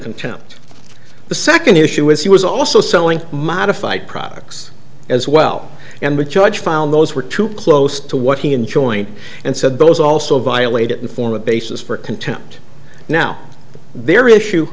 contempt the second issue was he was also selling modified products as well and the judge found those were too close to what he and joint and said those also violate it and form a basis for contempt now their issue